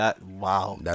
Wow